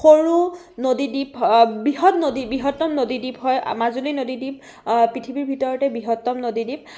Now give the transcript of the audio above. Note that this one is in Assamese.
সৰু নদী দ্বীপ বৃহৎ নদী বৃহত্তম নদী দ্বীপ হয় মাজুলী নদী দ্বীপ পৃথিৱীৰ ভিতৰতে বৃহত্তম নদী দ্বীপ